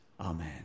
amen